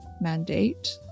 mandate